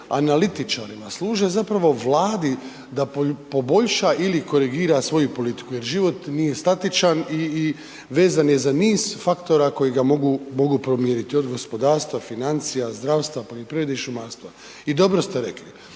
analitičarima, služe zapravo Vladi da poboljša ili korigira svoju politiku jer život nije statičan i vezan je za niz faktora koji ga mogu promijeniti od gospodarstva, financija, zdravstva, poljoprivrede i šumarstva i dobro ste rekli,